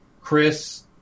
Chris